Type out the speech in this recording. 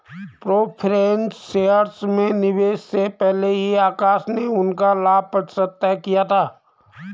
preference shares में निवेश से पहले ही आकाश ने उसका लाभ प्रतिशत तय किया था